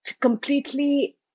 completely